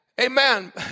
Amen